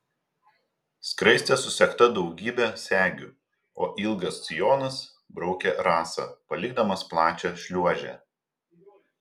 skraistė susegta daugybe segių o ilgas sijonas braukė rasą palikdamas plačią šliuožę